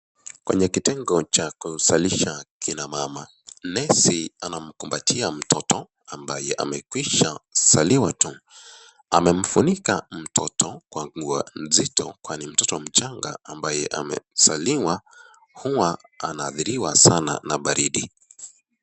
Kwenya kitengo cha kuzalisha kina mama, nesi anamkumbatia mtoto ambaye amezaliwa tu. Amemfunika mtoto kwa nguo mzito kwani mtoto mchanga ambaye amezaliwa huwa anahadhiriwa sana na baridi.